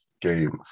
games